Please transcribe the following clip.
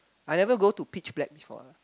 I never go to pitch black before lah